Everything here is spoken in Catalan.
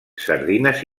sardines